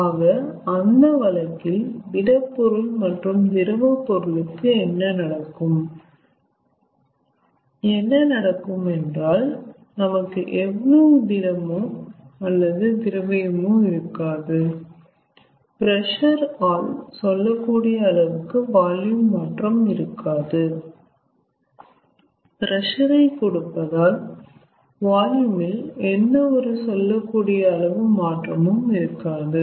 ஆக அந்த வழக்கில் திடப்பொருள் மற்றும் திரவப்பொருளுக்கு என்ன நடக்கும் என்ன நடக்கும் என்றால் நமக்கு அவ்வளவு திடமோ அல்லது திரவியமோ இருக்காது பிரஷர் ஆல் சொல்லக்கூடிய அளவுக்கு வால்யூம் மாற்றம் இருக்காது பிரஷர் ஐ கொடுப்பதால் வால்யூம் இல் எந்த ஒரு சொல்லகூடிய அளவு மாற்றமும் இருக்காது